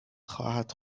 خواهد